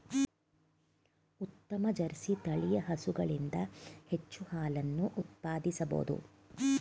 ಉತ್ತಮ ಜರ್ಸಿ ತಳಿಯ ಹಸುಗಳಿಂದ ಹೆಚ್ಚು ಹಾಲನ್ನು ಉತ್ಪಾದಿಸಬೋದು